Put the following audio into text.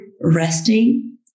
resting